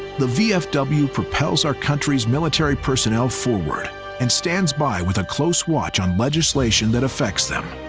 the vfw propels our country's military personnel forward and stands by with a close watch on legislation that affects them.